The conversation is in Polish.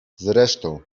zresztą